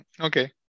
Okay